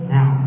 Now